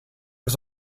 his